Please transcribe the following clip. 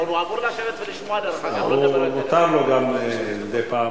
הוא אמור לשבת ולשמוע, דרך אגב.